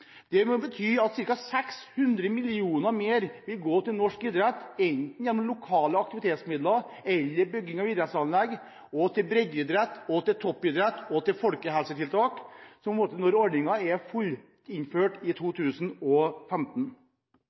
at ca. 600 mill. kr mer vil gå til norsk idrett, enten gjennom lokale aktivitetsmidler eller til bygging av idrettsanlegg, og til breddeidrett, toppidrett og til folkehelsetiltak, når ordningen er fullt innført i 2015.